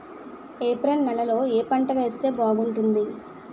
April నెలలో ఏ పంట వేస్తే బాగుంటుంది?